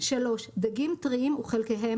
דגים או רכיכות,